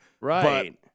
Right